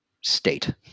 state